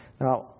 now